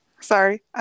Sorry